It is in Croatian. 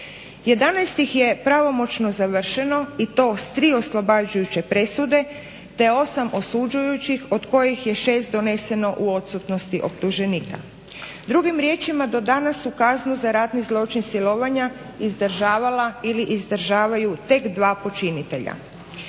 11 ih je pravomoćno završeno i to 3 oslobađajuće presude, te 8 osuđujućih od kojih je 6 doneseno u odsutnosti optuženika. Drugim riječima, do danas su kaznu za ratni zločin silovanja izdržavala ili izdržavaju tek 2 počinitelja.